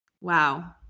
wow